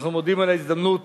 אנחנו מודים על ההזדמנות